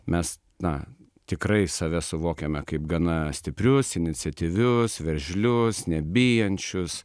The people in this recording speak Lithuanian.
mes na tikrai save suvokiame kaip gana stiprius iniciatyvius veržlius nebijančius